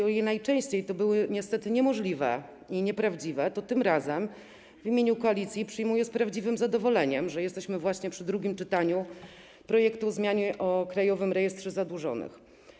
O ile najczęściej to było niestety niemożliwe i nieprawdziwe, to tym razem w imieniu koalicji przyjmuję z prawdziwym zadowoleniem, że jesteśmy właśnie przy drugim czytaniu projektu ustawy o zmianie ustawy o Krajowym Rejestrze Zadłużonych.